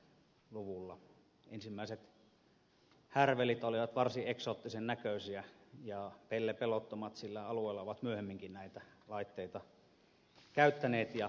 ensimmäiset härvelit olivat varsin eksoottisen näköisiä ja pellepelottomat sillä alueella ovat myöhemminkin näitä laitteita käyttäneet ja kehittäneet